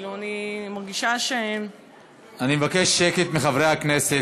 אני מרגישה, אני מבקש שקט מחברי הכנסת.